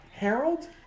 Harold